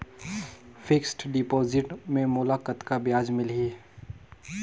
Fixed deposit मे मोला कतका ब्याज मिलही?